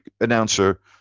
announcer